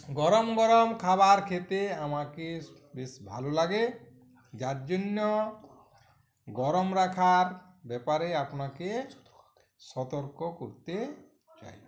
গরম গরম খাবার খেতে আমাকে বেশ ভালো লাগে যার জন্য গরম রাখার ব্যাপারে আপনাকে সতর্ক করতে চাই